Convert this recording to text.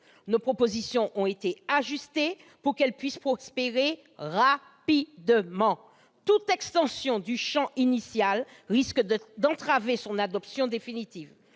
Nos propositions ont été ajustées pour qu'elles puissent prospérer rapidement. Toute extension du champ du texte initial risque d'entraver son adoption définitive.